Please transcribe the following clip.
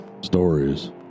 Stories